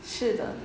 是的